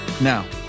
Now